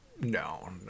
no